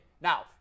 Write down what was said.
Now